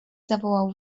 zawołał